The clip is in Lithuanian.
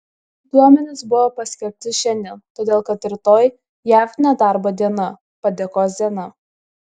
duomenys buvo paskelbti šiandien todėl kad rytoj jav nedarbo diena padėkos diena